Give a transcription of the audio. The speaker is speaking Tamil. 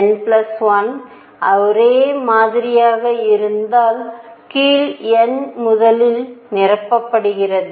n l ஒரே மாதிரியாக இருந்தால் கீழ் n முதலில் நிரப்பப்படுகிறது